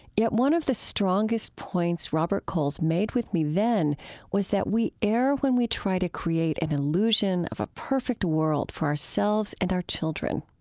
yet one of the strongest points robert coles made with me then was that we err when we try to create an illusion of a perfect world for ourselves and our children.